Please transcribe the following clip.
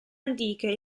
antiche